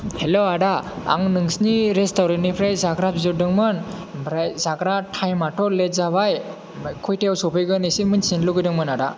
hello आदा आं नोंसिनि रेस्टुरेन्त निफ्राय जाग्रा बिहरदोंमोन ओमफ्राय जाग्रा टाइम आथ' लेत जाबाय ओमफ्राय खयतायाव सौफैगोन इसे मोन्थिनो लुगैदोंमोन आदा